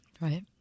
Right